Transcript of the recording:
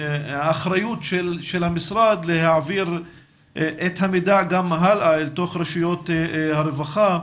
והאחריות של המשרד להעביר את המידע גם הלאה אל תוך רשויות הרווחה,